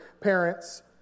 parents